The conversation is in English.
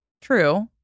True